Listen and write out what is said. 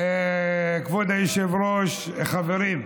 כבוד היושב-ראש, חברים,